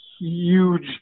huge